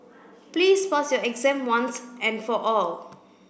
please pass your exam once and for all